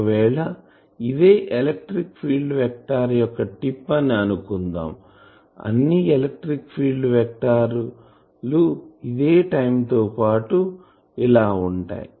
ఒకవేళ ఇదే electric field vector యొక్క టిప్ అని అనుకుందాం అన్ని ఎలక్ట్రిక్ ఫీల్డ్ వెక్టార్ లు ఇదే టైం తో పాటు ఇలా ఉంటాయి